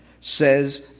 says